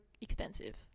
expensive